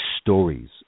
stories